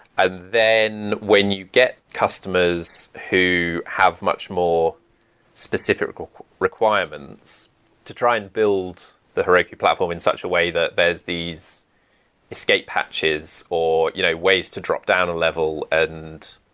and then when you get customers who have much more specific requirements to try and build the heroku platform in such a way that there's these scape patches or you know ways to dropdown a level and